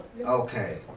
Okay